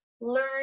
Learn